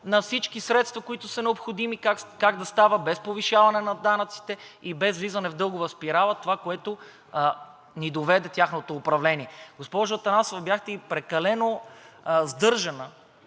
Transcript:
на всички средства, които са необходими, как да става без повишаване на данъците и без влизане в дългова спирала, и това, до което ни доведе тяхното управление. Госпожо Атанасова, бяхте и прекалено сдържана,